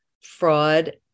fraud